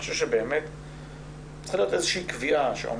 צריכה להיות איזושהי קביעה.